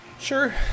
Sure